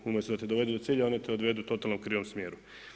Umjesto da te dovedu do cilja oni te odvedu u totalno krivom smjeru.